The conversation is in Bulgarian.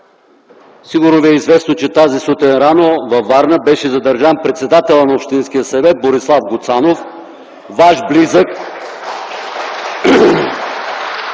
Сигурно Ви е известно, че рано тази сутрин във Варна беше задържан председателят на Общинския съвет Борислав Гуцанов, Ваш близък,